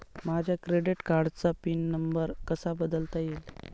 माझ्या क्रेडिट कार्डचा pin number कसा बदलता येईल?